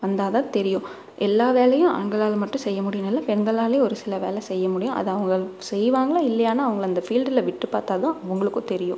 வந்தால்தான் தெரியும் எல்லா வேலையும் ஆண்களால் மட்டும் செய்ய முடியும்ன்னு இல்லை பெண்களாலலையும் ஒரு சில வேலை செய்ய முடியும் அது அவங்கள் செய்வாங்களா இல்லையான்னு அவங்களை அந்த ஃபீல்டில் விட்டு பார்த்தாதான் உங்களுக்கும் தெரியும்